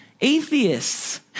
atheists